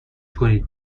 کنید